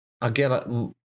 again